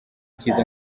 cyiza